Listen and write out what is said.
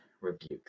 rebuke